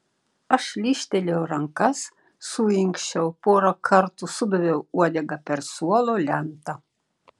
aš lyžtelėjau rankas suinkščiau porą kartų sudaviau uodega per suolo lentą